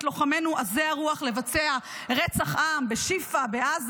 לוחמינו עזי הרוח לבצע רצח עם בשיפא בעזה,